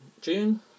June